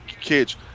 kids